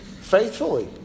faithfully